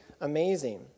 amazing